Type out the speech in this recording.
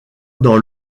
dans